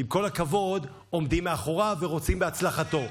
עומדים מאחוריו ורוצים בהצלחתו.